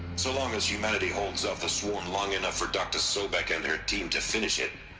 so long as humanity holds off the swarm long enough for dr. sobeck and her team to finish it